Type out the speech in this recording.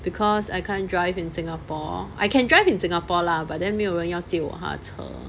because I can't drive in singapore I can drive in singapore lah but then 没有人要借我他的车